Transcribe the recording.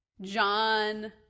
John